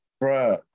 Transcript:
bro